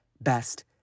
best